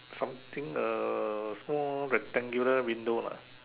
something a small rectangular window lah